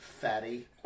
fatty